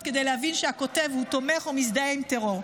כדי להבין שהכותב הוא תומך או מזדהה עם טרור,